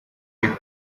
arimo